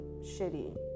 shitty